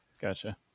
gotcha